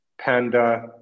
Panda